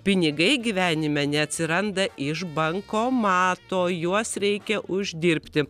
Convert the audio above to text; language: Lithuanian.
pinigai gyvenime neatsiranda iš bankomato juos reikia uždirbti